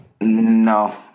No